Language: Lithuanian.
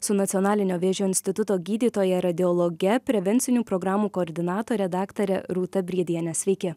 su nacionalinio vėžio instituto gydytoja radiologe prevencinių programų koordinatore daktare rūta briediene sveiki